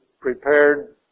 prepared